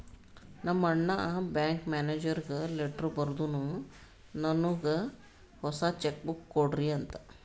ನಮ್ ಅಣ್ಣಾ ಬ್ಯಾಂಕ್ ಮ್ಯಾನೇಜರ್ಗ ಲೆಟರ್ ಬರ್ದುನ್ ನನ್ನುಗ್ ಹೊಸಾ ಚೆಕ್ ಬುಕ್ ಕೊಡ್ರಿ ಅಂತ್